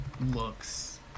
looks